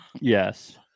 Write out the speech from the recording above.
yes